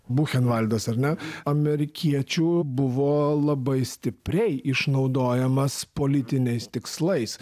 buchenvaldas ar ne amerikiečių buvo labai stipriai išnaudojamas politiniais tikslais